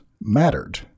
mattered